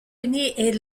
est